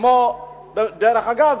דרך אגב,